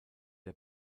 der